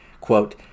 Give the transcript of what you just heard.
Quote